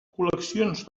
col·leccions